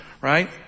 right